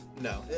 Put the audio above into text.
No